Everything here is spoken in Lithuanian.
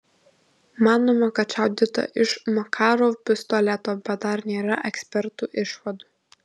manoma kad šaudyta iš makarov pistoleto bet dar nėra ekspertų išvadų